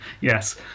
Yes